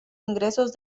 ingresos